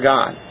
God